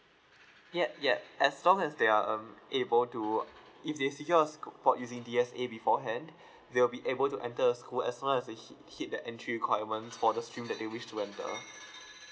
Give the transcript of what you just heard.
yup yup as long as they are um able to if they secure a sc~ for using D_S_A beforehand they will be able to enter a school as long as they hit hit the entry requirement for the school that you wish to enter